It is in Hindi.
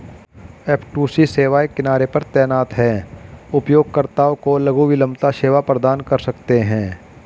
एफ.टू.सी सेवाएं किनारे पर तैनात हैं, उपयोगकर्ताओं को लघु विलंबता सेवा प्रदान कर सकते हैं